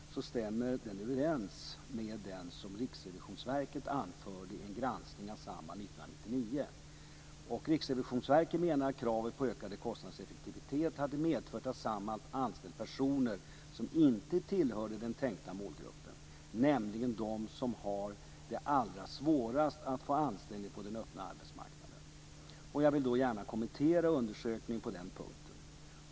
Den stämmer överens med det som Riksrevisionsverket anförde i en granskning av Samhall 1999. Riksrevisionsverket menade att kravet på ökad kostnadseffektivitet hade medfört att Samhall hade anställt personer som inte tillhörde den tänkta målgruppen, nämligen de människor som har det allra svårast att få anställning på den öppna arbetsmarknaden. Jag vill gärna kommentera undersökningen på den punkten.